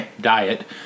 diet